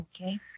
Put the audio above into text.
Okay